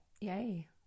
Yay